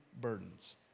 burdens